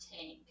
Tank